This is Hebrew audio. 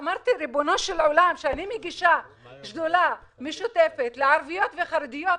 כשאני מגישה שדולה משותפת לערביות וחרדיות,